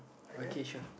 okay sure